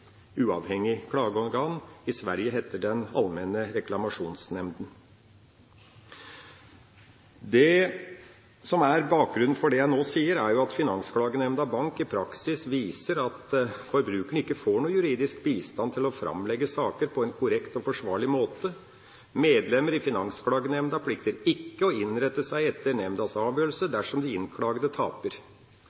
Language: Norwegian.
uavhengig klageorgan. I Sverige heter det Allmänna reklamationsnämnden. Det som er bakgrunnen for det jeg nå sier, er jo at Finansklagenemnda Bank viser at forbrukerne ikke får noe juridisk bistand til å framlegge saker på en korrekt og forsvarlig måte. Medlemmer i Finansklagenemnda plikter ikke å innrette seg etter nemndas avgjørelse dersom de innklagede taper.